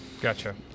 Gotcha